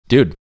dude